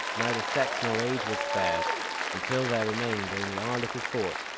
neither sex nor age was spared until there remained only our little fort,